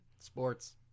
Sports